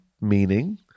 meaning